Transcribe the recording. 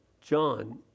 John